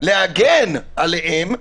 להגן עליהם,